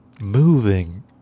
moving